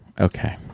Okay